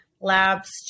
labs